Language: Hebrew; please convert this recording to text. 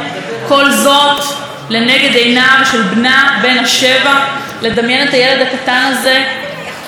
לדמיין את הילד הקטן הזה נמצא בחדר כשדבר כל כך מזעזע קורה בבית שלו,